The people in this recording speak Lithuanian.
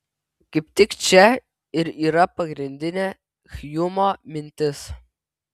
kaip tik čia ir yra pagrindinė hjumo mintis